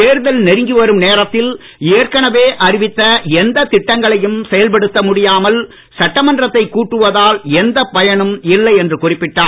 தேர்தல் நெருங்கி வரும் நேரத்தில் ஏற்கனவே அறிவித்த எந்த திட்டங்களையும் செயல்படுத்த முடியாமல் சட்டமன்றத்தை கூட்டுவதால் எந்தப் பயனும் இல்லை என்று குறிப்பிட்டார்